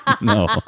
No